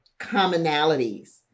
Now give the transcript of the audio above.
commonalities